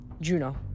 Juno